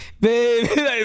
baby